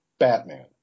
batman